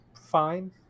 fine